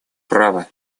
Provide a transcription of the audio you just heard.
право